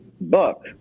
book